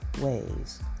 ways